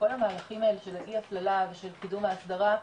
שבכל המהלכים האלה של האי-הפללה ושל קידום והסדרה,